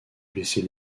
blessés